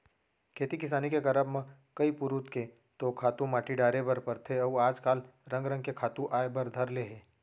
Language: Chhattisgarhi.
खेती किसानी के करब म कई पुरूत के तो खातू माटी डारे बर परथे अउ आज काल रंग रंग के खातू आय बर धर ले हे